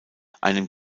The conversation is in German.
einem